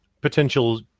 potential